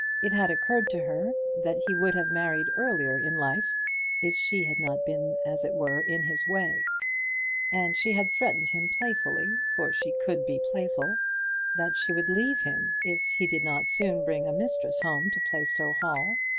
it had occurred to her that he would have married earlier in life if she had not been, as it were, in his way and she had threatened him playfully for she could be playful that she would leave him if he did not soon bring a mistress home to plaistow hall.